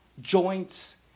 joints